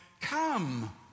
come